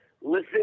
Listen